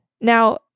Now